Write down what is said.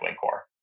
Core